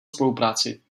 spolupráci